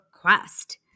quest